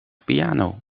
piano